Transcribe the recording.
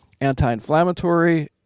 anti-inflammatory